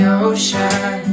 ocean